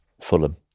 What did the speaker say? Fulham